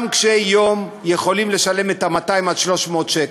גם קשי-יום יכולים לשלם 200 300 שקל.